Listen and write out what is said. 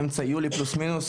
אמצע יולי פלוס מינוס,